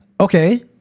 okay